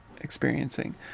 experiencing